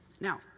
Now